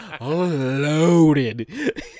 loaded